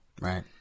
Right